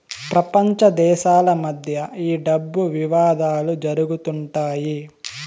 ప్రపంచ దేశాల మధ్య ఈ డబ్బు వివాదాలు జరుగుతుంటాయి